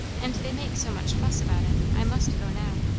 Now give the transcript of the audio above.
and they make so much fuss about it, i must go now.